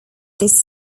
this